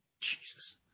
Jesus